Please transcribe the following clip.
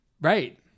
right